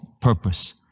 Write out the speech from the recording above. purpose